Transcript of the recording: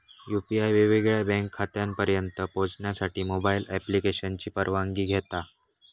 UPI वेगवेगळ्या bank खात्यांपर्यंत पोहचण्यासाठी मोबाईल ॲप्लिकेशनची परवानगी घेता